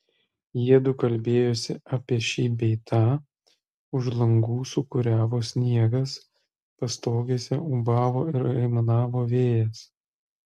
jiedu kalbėjosi apie šį bei tą už langų sūkuriavo sniegas pastogėse ūbavo ir aimanavo vėjas